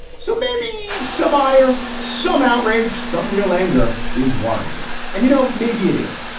so maybe some ire, some outrage, some real anger is warranted and, you know, maybe it is.